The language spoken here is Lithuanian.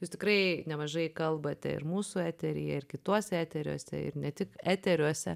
jūs tikrai nemažai kalbate ir mūsų eteryje ir kituose eteriuose ir ne tik eteriuose